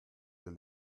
der